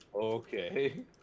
okay